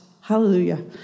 Hallelujah